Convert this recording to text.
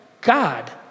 God